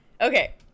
okay